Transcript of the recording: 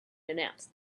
announced